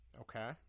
Okay